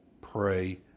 pray